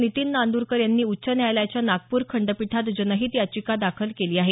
नितीन नांदुरकर यांनी उच्च न्यायालयाच्या नागपूर खंडपीठात जनहितयाचिका दाखल केली आहे